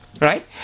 Right